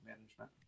management